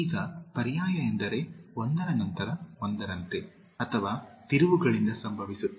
ಈಗ ಪರ್ಯಾಯ ಎಂದರೆ ಒಂದರ ನಂತರ ಒಂದರಂತೆ ಅಥವಾ ತಿರುವುಗಳಿಂದ ಸಂಭವಿಸುತ್ತದೆ